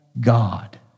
God